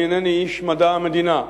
אני אינני איש מדע המדינה,